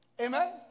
amen